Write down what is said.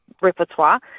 repertoire